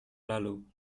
lalu